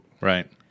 Right